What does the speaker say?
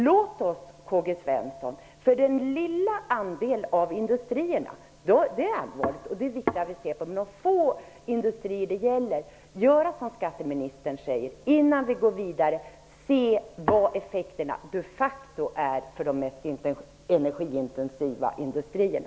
Låt oss, K-G Svenson, för den lilla andel av industrierna, de få industrier det gäller, göra som skatteministern säger. Innan vi går vidare skall vi se vilka effekterna de facto är för de mest energiintensiva industrierna.